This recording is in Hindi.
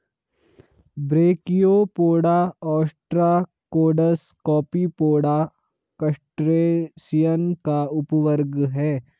ब्रैकियोपोडा, ओस्ट्राकोड्स, कॉपीपोडा, क्रस्टेशियन का उपवर्ग है